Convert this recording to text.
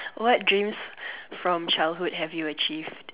what dreams from childhood have you achieved